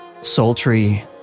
sultry